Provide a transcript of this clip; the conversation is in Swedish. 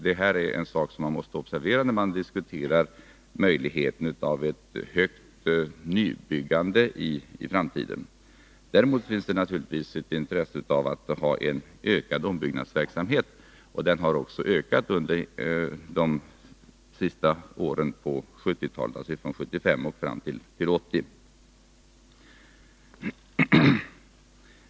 Det är en sak som man måste observera när man diskuterar möjligheten av ett högt nybyggande i framtiden. Däremot finns det naturligtvis intresse av en ökad ombyggnadsverksamhet. Den har ökat under de sista åren av 1970-talet — från 1975 fram till 1980.